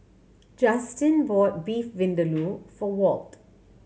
Juston bought Beef Vindaloo for Walt